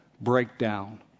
breakdown